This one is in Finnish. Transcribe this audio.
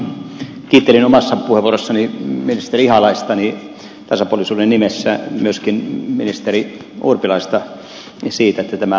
kun äsken kiittelin omassa puheenvuorossani ministeri ihalaista niin tasapuolisuuden nimessä kiitän myöskin ministeri urpilaista siitä että tämä lisäbudjetti on annettu